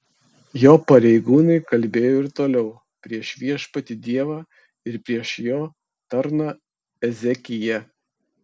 jo pareigūnai kalbėjo ir toliau prieš viešpatį dievą ir prieš jo tarną ezekiją